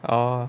orh